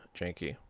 janky